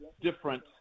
different